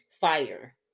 fire